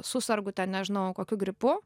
susergu ten nežinojau kokiu gripu